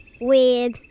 Weird